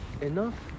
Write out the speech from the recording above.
enough